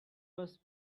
was